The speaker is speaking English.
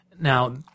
Now